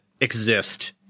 exist